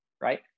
Right